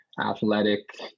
athletic